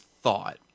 thought